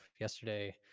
yesterday